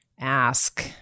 ask